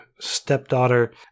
stepdaughter